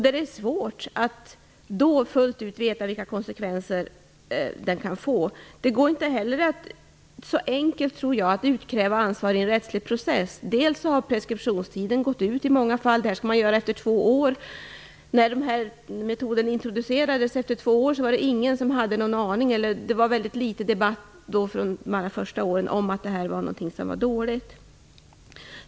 Det är svårt att fullt ut veta vilka konsekvenserna därav kan bli. Inte heller är det så enkelt, tror jag, att utkräva ansvar i en rättslig process. Dels har preskriptionstiden i många fall gått ut. Det här skall ju göras efter två år. Två år efter det att den här metoden introducerades var det ingen som hade en aning - i varje fall var det väldigt litet debatt om detta - om att det här är någonting som är dåligt.